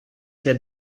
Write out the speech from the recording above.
der